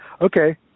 okay